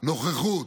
נוכחות